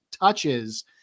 touches